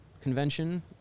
Convention